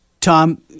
Tom